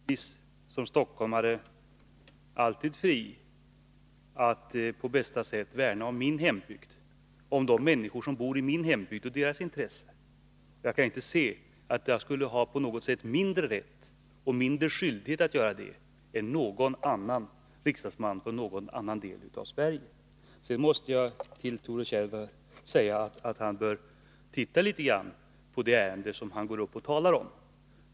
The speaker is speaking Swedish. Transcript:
Herr talman! Jag känner mig naturligtvis som stockholmare alltid fri att på bästa sätt värna om min hembygd och om de människor som bor i denna hembygd och deras intressen. Jag kan inte se att jag på något sätt skulle ha mindre rätt eller mindre skyldighet att göra det än någon riksdagsman från någon annan del av Sverige. Sedan måste jag till Rune Torwald säga att han bör titta litet grand på det ärende som han går upp och talar om.